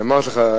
אמרתי לך,